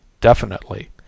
Definitely